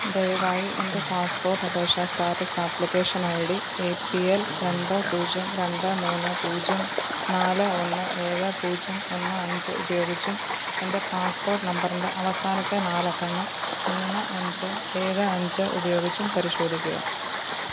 ദയവായി എൻ്റെ പാസ്സ്പോട്ട് അപേക്ഷ status application I D A P L രണ്ട് പൂജ്യം രണ്ട് മൂന്ന് പൂജ്യം നാല് ഒന്ന് ഏഴ് പൂജ്യം ഒന്ന് അഞ്ച് ഉപയോഗിച്ചും എൻ്റെ പാസ്സ്പോട്ട് നമ്പറിൻ്റെ അവസാനത്തെ നാലക്കങ്ങൾ മൂന്ന് അഞ്ച് ഏഴ് അഞ്ച് ഉപയോഗിച്ചും പരിശോധിക്കുക